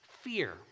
Fear